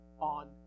on